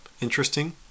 interesting